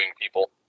people